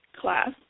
class